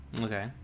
Okay